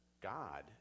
God